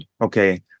okay